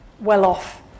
well-off